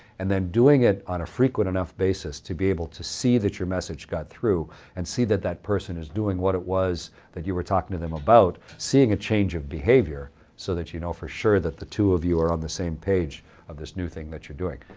and then doing it on a frequent enough basis to be able to see that your message got through and see that that person is doing what it was that you were talking to them about and seeing a change of behavior so that you know for sure that the two of you are on the same page of this new thing that you're doing.